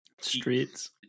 streets